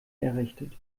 errichtet